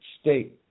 state